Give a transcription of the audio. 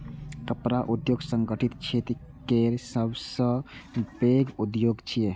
कपड़ा उद्योग संगठित क्षेत्र केर सबसं पैघ उद्योग छियै